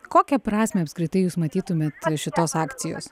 kokią prasmę apskritai jūs matytumėt šitos akcijos